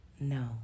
no